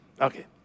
Okay